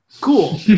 cool